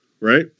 right